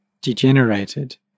degenerated